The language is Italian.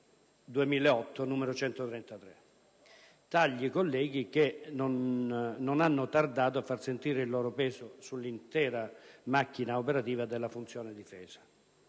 2008, n. 133. Tagli, colleghi, che non hanno tardato a far sentire il loro peso sull'intera macchina operativa della funzione difesa.